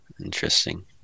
Interesting